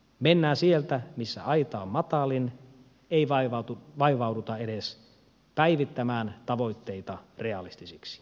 mennään sieltä missä aita on matalin ei vaivauduta edes päivittämään tavoitteita realistisiksi